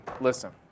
listen